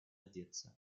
деться